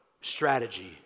strategy